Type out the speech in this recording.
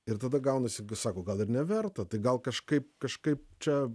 ir tada gaunasi sako gal ir neverta tai gal kažkaip kažkaip čia